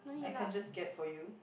I can just get for you